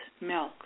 milk